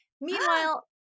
Meanwhile